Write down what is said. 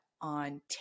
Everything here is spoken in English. on